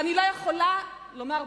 אני לא יכולה שלא לומר,